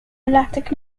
elected